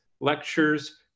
lectures